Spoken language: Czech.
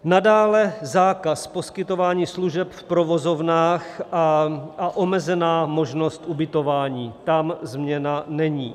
Nadále zákaz poskytování služeb v provozovnách a omezená možnost ubytování tam změna není.